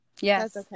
yes